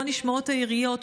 שבו נשמעות היריות,